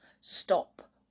stop